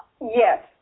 Yes